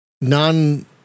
non